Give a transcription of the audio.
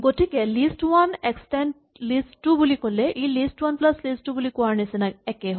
গতিকে list one extend list two বুলি ক'লে ই list one plus list two বুলি কোৱাৰ নিচিনা একেই হয়